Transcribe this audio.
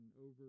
over